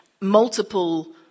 multiple